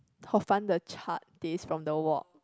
hor fun the charred taste from the wok